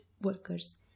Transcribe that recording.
workers